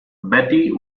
betty